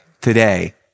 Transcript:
today